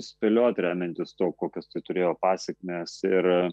spėlioti remiantis tuo kokias tai turėjo pasekmes ir